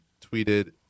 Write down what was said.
tweeted